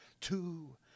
Two